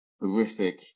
horrific